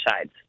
sides